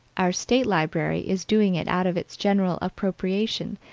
our state library is doing it out of its general appropriation,